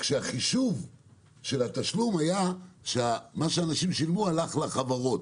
כשהחישוב של התשלום היה שמה שאנשים שילמו הלך לחברות,